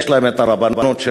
יש להם הרבנויות שלהם.